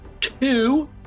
two